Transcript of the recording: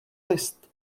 list